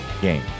game